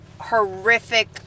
horrific